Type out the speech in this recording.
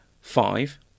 five